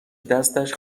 دستش